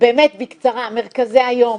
מרכזי היום,